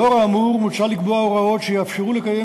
לאור האמור מוצע לקבוע הוראות שיאפשרו לקיים